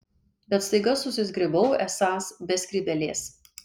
bet staiga susizgribau esąs be skrybėlės